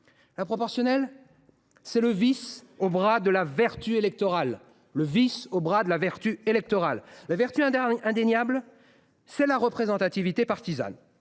La proportionnelle ? C’est le vice au bras de la vertu électorale. La vertu, indéniable, c’est la représentativité partisane,